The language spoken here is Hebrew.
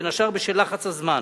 בין השאר בשל לחץ הזמן: